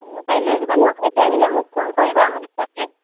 অঁ কাইলৈ আহিবা ন কাইলৈ আহিলে মোক ফোন কৰিবা মই তাতে